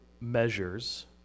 measures